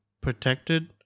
protected